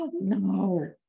no